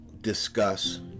discuss